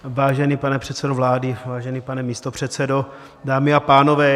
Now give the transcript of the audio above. Vážený pane předsedo vlády, vážený pane místopředsedo, dámy a pánové.